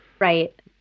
Right